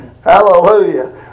Hallelujah